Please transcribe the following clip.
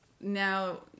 now